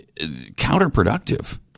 counterproductive